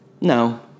No